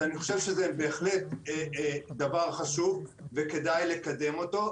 אני חושב שזה בהחלט דבר חשוב וכדאי לקדם אותו,